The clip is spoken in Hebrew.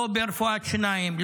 לא ברפואת שיניים,